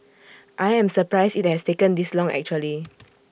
I am surprised IT has taken this long actually